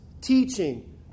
teaching